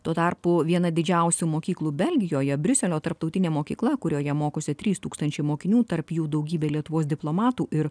tuo tarpu viena didžiausių mokyklų belgijoje briuselio tarptautinė mokykla kurioje mokosi trys tūkstančiai mokinių tarp jų daugybė lietuvos diplomatų ir